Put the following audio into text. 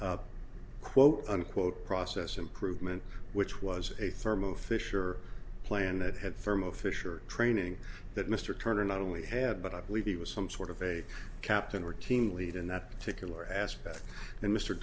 quote unquote process improvement which was a thermo fisher plan that had thermo fisher training that mr turner not only had but i believe he was some sort of a captain or team leader in that particular aspect and mr